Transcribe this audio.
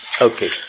okay